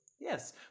Yes